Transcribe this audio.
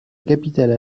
capitale